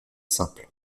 simple